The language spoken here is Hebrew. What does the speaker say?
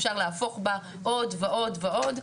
אפשר להפוך בה עוד ועוד ועוד.